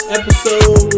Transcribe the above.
episode